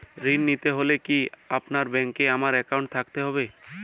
ঋণ নিতে হলে কি আপনার ব্যাংক এ আমার অ্যাকাউন্ট থাকতে হবে?